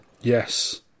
yes